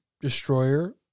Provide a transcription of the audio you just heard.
Destroyer